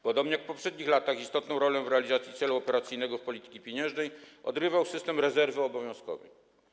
Podobnie jak w poprzednich latach istotną rolę w realizacji celu operacyjnego polityki pieniężnej odgrywał system rezerwy obowiązkowej.